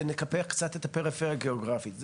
ונקפח קצת את הפריפריה הגיאוגרפית.